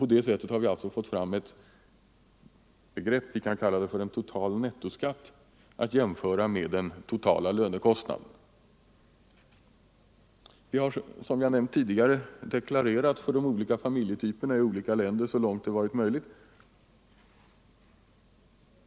På det sättet har vi fått fram ett begrepp — som kan kallas en total nettoskatt — att jämföra med den totala lönekostnaden. Vi har, som jag nämnt tidigare, deklarerat de olika familjetyperna i olika länder så långt det varit möjligt.